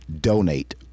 Donate